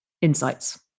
insights